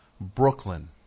brooklyn